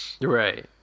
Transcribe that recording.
right